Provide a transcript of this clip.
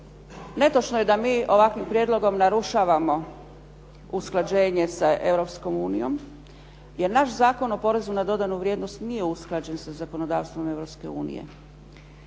Netočno je da mi ovakvim prijedlogom narušavamo usklađenje sa Europskom unijom, jer naš Zakon o porezu na dodanu vrijednost nije usklađen sa zakonodavstvom